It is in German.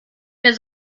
mehr